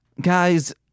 Guys